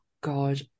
god